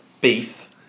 Beef